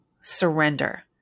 surrender